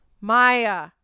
Maya